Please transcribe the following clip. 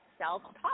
self-talk